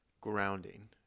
Grounding